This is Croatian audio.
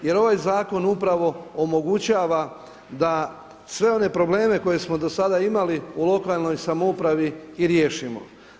Jer ovaj zakon upravo omogućava da sve one probleme koje smo do sada imali u lokalnoj samoupravi i riješimo.